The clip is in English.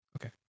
Okay